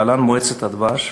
להלן: מועצת הדבש.